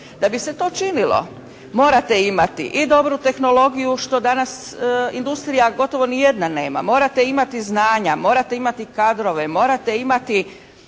Da bi se to činilo morate imati i dobru tehnologiju što danas industrija gotovo ni jedna nema. Morate imati znanja, morate imati kadrove, morate imati